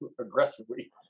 aggressively